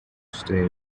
stay